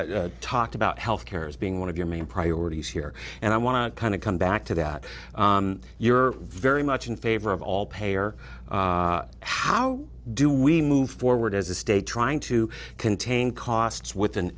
had talked about health care as being one of your main priorities here and i want to kind of come back to that you're very much in favor of all payer how do we move forward as a state trying to contain costs with an